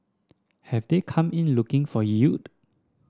have they come in looking for yield